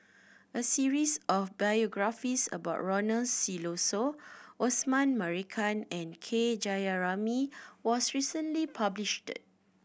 a series of biographies about Ronald Susilo Osman Merican and K Jayamani was recently published